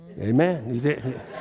Amen